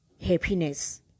Happiness